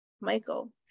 michael